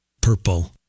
Purple